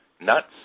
nuts